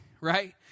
right